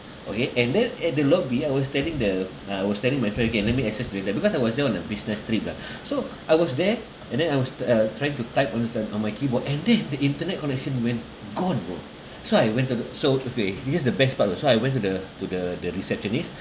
okay and then at the lobby I was telling the uh I was telling my friend okay let me access to it there because I was there on a business trip lah so I was there and then I was t~ uh trying to type answer on my keyboard and then the internet connection went gone bro so I went to the so okay here is the best part oh so I went to the to the the receptionist